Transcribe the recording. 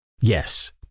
Yes